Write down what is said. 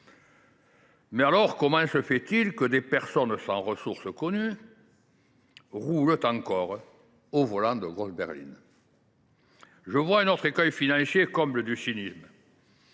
Mais alors, comment se fait il que des personnes dépourvues de ressources connues roulent encore au volant de grosses berlines ? Je vois un autre écueil financier, qui est le comble du cynisme.